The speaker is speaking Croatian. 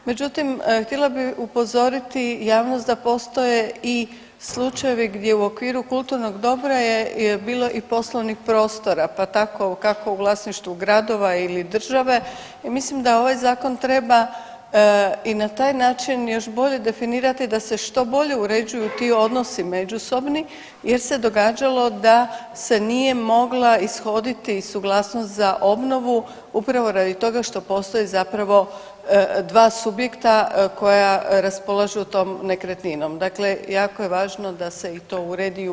Međutim, htjela bi upozoriti javnost da postoje i slučajevi gdje u okviru kulturnog dobra je bilo i poslovnih prostora, pa tako kako u vlasništvu gradova ili države, ja mislim da ovaj zakon treba i na taj način još bolje definirati da se što bolje uređuju ti odnosi međusobni jer se događalo da se nije mogla ishoditi suglasnost za obnovu upravo radi toga što postoje zapravo dva subjekta koja raspolažu tom nekretninom, dakle jako je važno da se i to uredi i ubrza.